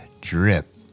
drip